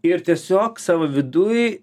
ir tiesiog savo viduj